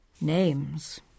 Names